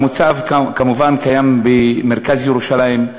המצב, כמובן, קיים במרכז ירושלים.